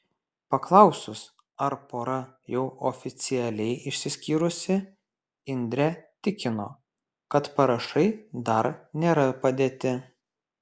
paklausus ar pora jau oficialiai išsiskyrusi indrė tikino kad parašai dar nėra padėti